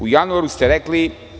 U januaru ste rekli.